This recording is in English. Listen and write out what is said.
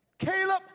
Caleb